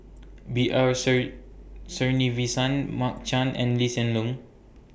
B R Sreenivasan Mark Chan and Lee Hsien Loong